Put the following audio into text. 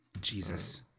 Jesus